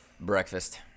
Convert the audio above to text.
Breakfast